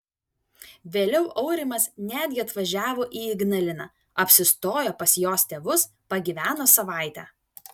vėliau aurimas netgi atvažiavo į ignaliną apsistojo pas jos tėvus pagyveno savaitę